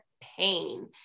pain